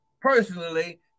personally